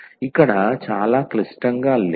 ఇక్కడ చాలా క్లిష్టంగా లేదు